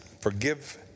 Forgive